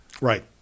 Right